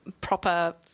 proper